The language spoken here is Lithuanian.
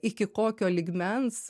iki kokio lygmens